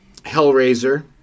Hellraiser